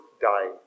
dying